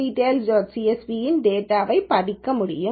csv இன் டேட்டாவை படிக்க முடியும்